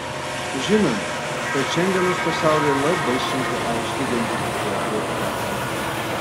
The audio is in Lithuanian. žinome kad šiandienos pasaulyje labai sunku aiškiai identifikuoti vargą